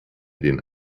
den